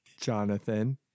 Jonathan